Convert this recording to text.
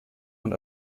und